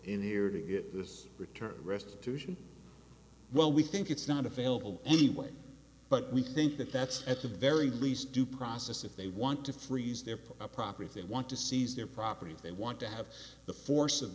in here to get this return restitution well we think it's not available anyway but we think that that's at the very least due process if they want to freeze their property thing want to seize their property if they want to have the force of